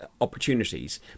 opportunities